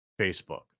Facebook